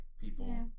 people